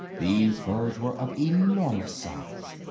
these birds were of enormous size,